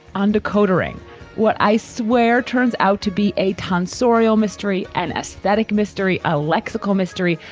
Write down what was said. undercoating, what i swear turns out to be a tonsorial mystery and aesthetic mystery, a lexical mystery,